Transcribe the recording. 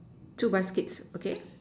two baskets okay